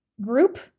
group